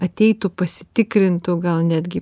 ateitų pasitikrintų gal netgi